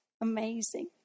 amazing